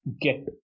get